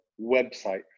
website